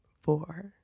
four